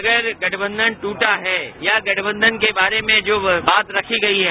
अगर गठबंधन ट्रटा है या गठबंधन के बारे में जो बात रखी गयी है